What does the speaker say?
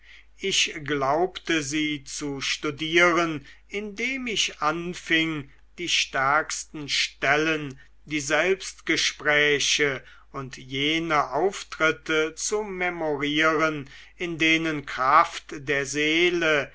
ich glaubte sie zu studieren indem ich anfing die stärksten stellen die selbstgespräche und jene auftritte zu memorieren in denen kraft der seele